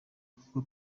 kuko